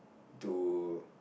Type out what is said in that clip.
to